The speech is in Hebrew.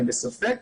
אני בספק.